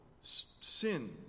sin